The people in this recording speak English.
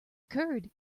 curd